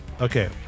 Okay